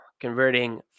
Converting